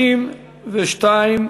ההצעה להעביר את הצעת חוק ההוצאה לפועל (תיקון מס' 29)